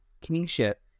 kingship